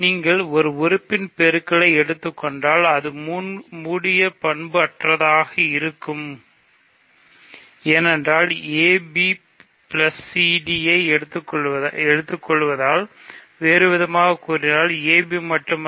நீங்கள் ஒரு உறுப்பின் பெருக்கலை எடுத்துக் கொண்டால் அது மூடிய பண்பு அற்றதாக இருக்கும் ஏனென்றால் நீங்கள் ab cd ஐ எடுத்துக்கொள்வதால் வேறுவிதமாகக் கூறினால் ab மட்டுமல்ல